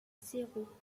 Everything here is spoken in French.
zéro